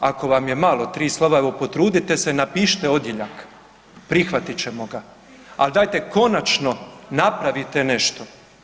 Ako vam je malo 3 slova, evo potrudite se i napišite odjeljak, prihvatit ćemo ga, al dajte konačno napravite nešto.